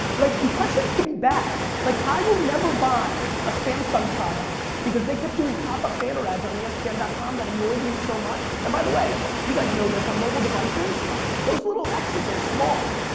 like impressions can be bad. like i will never buy a samsung product because they kept doing pop up banner ads on espn dot com that annoyed me so much and by the way you guys know this on mobile devices those little x's are small.